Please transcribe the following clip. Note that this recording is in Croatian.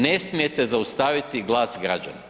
Ne smijete zaustaviti glas građana.